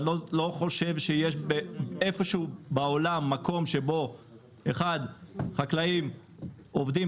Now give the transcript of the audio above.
אני לא חושב שיש איפשהו בעולם מקום שבו חקלאים עובדים